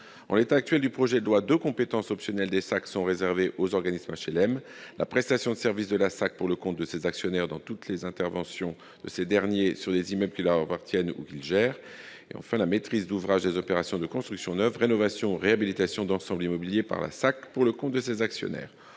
En l'état actuel du projet de loi, deux compétences optionnelles des SAC sont réservées aux organismes d'HLM : la prestation de services de la SAC pour le compte de ses actionnaires dans toutes les interventions de ces derniers sur des immeubles qui leur appartiennent ou qu'ils gèrent ; la maîtrise d'ouvrage des opérations de construction neuve, rénovation ou réhabilitation d'ensembles immobiliers par la SAC pour le compte de ses actionnaires.